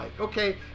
okay